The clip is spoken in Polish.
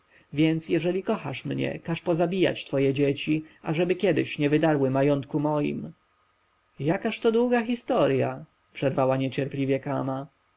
więc kochasz mnie każ pozabijać twoje dzieci ażeby kiedyś nie wydarły majątku moim jakaż to długa historja przerwała niecierpliwie kama